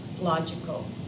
logical